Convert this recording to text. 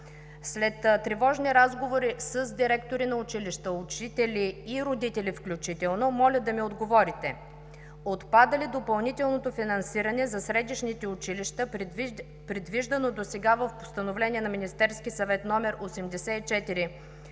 След тревожни разговори с директори на училища, учители и родители включително, моля да ми отговорите: отпада ли допълнителното финансиране за средищните училища, предвиждано досега в Постановление № 84 на Министерския съвет от 6